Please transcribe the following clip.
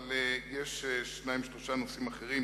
אבל יש שניים-שלושה נושאים אחרים